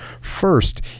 first